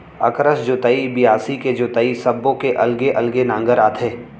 अकरस जोतई, बियासी के जोतई सब्बो के अलगे अलगे नांगर आथे